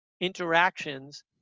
interactions